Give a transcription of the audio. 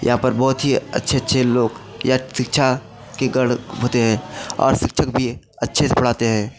यहाँ पर बहुत ही अच्छे अच्छे लोग या शिक्षा के गढ़ होते हैं और शिक्षक भी हैं अच्छे से पढ़ाते हैं